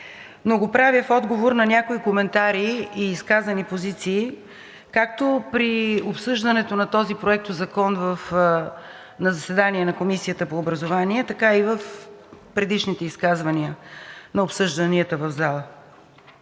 но го правя в отговор на някои коментари и изказани позиции както при обсъждането на този проектозакон на заседание на Комисията по образование, така и в предишните изказвания на обсъжданията в залата.